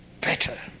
Better